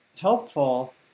helpful